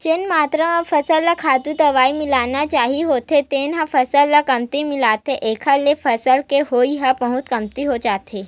जेन मातरा म फसल ल खातू, दवई मिलना चाही होथे तेन ह फसल ल कमती मिलथे एखर ले फसल के होवई ह बहुते कमती हो जाथे